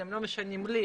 אתם לא משנים לי,